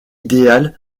idéale